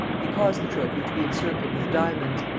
he caused the trophy to be encircled with diamonds,